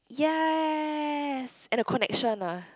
yes and the connection lah